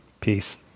Peace